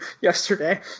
yesterday